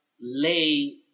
lay